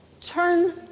turn